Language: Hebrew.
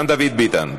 גם דוד ביטן.